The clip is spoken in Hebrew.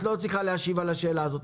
את לא צריכה להשיב על השאלה הזאת.